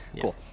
Cool